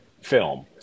film